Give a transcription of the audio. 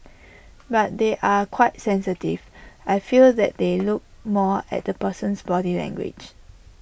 but they are quite sensitive I feel that they look more at the person's body language